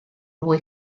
fwy